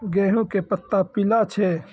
गेहूँ के पत्ता पीला छै?